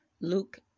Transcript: Luke